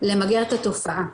למגר את התופעה.